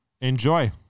Enjoy